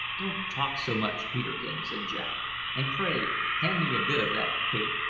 don't talk so much, peterkin, said jack and, pray, hand me a bit of that pig.